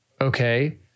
okay